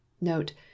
note